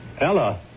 Ella